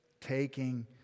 taking